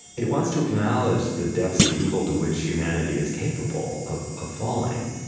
it wants to acknowledge the depths of evil to which humanity is capable of of falling.